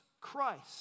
Christ